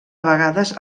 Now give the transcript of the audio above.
vegades